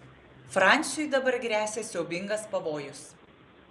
fransiui dabar gresia siaubingas pavojus